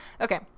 okay